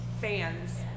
fans